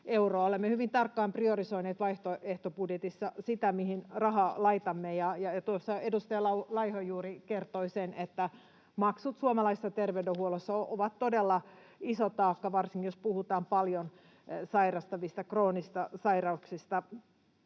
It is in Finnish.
Olemme hyvin tarkkaan priorisoineet vaihtoehtobudjetissa sitä, mihin rahaa laitamme, ja tuossa edustaja Laiho juuri kertoi sen, että maksut suomalaisessa terveydenhuollossa ovat todella iso taakka, varsinkin jos puhutaan paljon sairastavista, kroonisista sairauksista